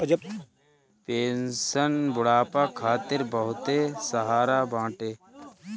pension बुढ़ापा खातिर बहुते सहारा बाटे